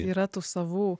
yra tų savų